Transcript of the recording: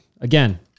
again